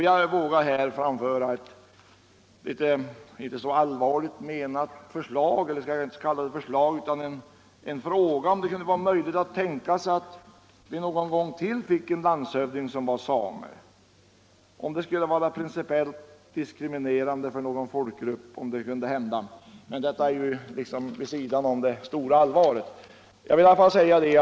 Jag vågar här framför något som kanske inte är ett allvarligt menat förslag, utan snarare en fråga: Kan det vara möjligt att tänka sig att vi någon gång mer fick en landshövding som var same? Skulle det vara principiellt diskriminerande för någon folkgrupp om det hände? - Detta ligger vid sidan av det stora allvaret.